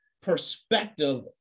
perspective